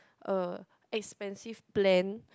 a expensive plan